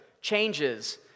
changes